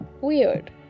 weird